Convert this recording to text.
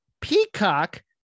Peacock